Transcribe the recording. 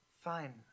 Fine